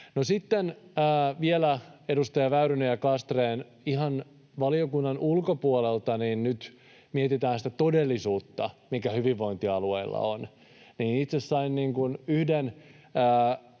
Sitten vielä, edustajat Väyrynen ja Castrén, kun nyt ihan valiokunnan ulkopuolelta mietitään sitä todellisuutta, mikä hyvinvointialueilla on, niin itse sain yhden